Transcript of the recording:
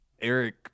Eric